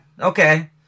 Okay